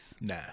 Nah